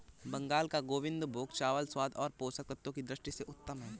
बंगाल का गोविंदभोग चावल स्वाद और पोषक तत्वों की दृष्टि से उत्तम है